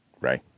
right